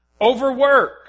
Overwork